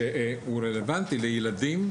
שהוא רלוונטי לילדים,